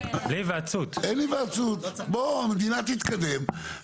מכיוון שיש הכרזה של הממשלה ובהכרזת הממשלה נקבע היקף הפרויקט.